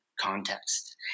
context